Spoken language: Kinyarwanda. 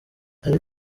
ari